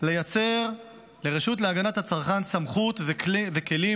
לייצר לרשות להגנת הצרכן סמכות וכלים